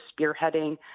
spearheading